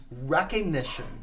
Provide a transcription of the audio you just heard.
recognition